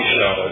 Show